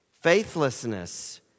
faithlessness